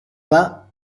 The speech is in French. bas